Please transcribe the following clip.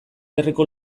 herriko